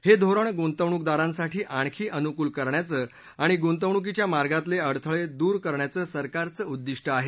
हे धोरण गुंतवणूकदारांसाठी आणखी अनुकूल करण्याचं आणि गुंतवणुकीच्या मार्गातले अडथळे दूर करण्याचं सरकारचं उद्दिष्ट आहे